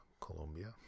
Colombia